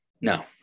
No